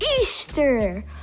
Easter